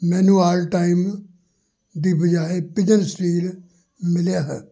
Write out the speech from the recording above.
ਮੈਨੂੰ ਆਲਟਾਈਮ ਦੀ ਬਜਾਏ ਪਿਜਨ ਸਟੀਲ ਮਿਲਿਆ ਹੈ